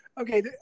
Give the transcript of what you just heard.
okay